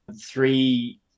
three